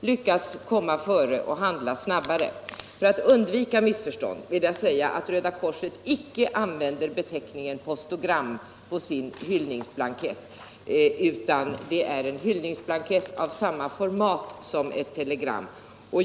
lyckats handla snabbare och komma före. För att undvika missförstånd vill jag säga att Röda korset icke använder beteckningen postogram för sin hyllningsblankett. Det är en hyllningsblankett av samma format som ett telegram.